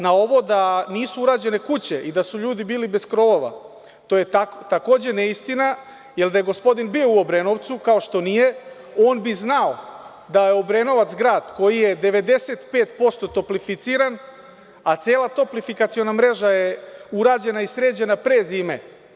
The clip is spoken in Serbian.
Na ovo da nisu urađene kuće i da su ljudi bili bez krovova, to je takođe neistina, jer da je gospodin bio u Obrenovcu, kao što nije, on bi znao da je Obrenovac grad koji je 95% toplificiran, a cela toplifikaciona mreža je urađena i sređena pre zime.